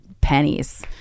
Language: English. pennies